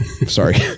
Sorry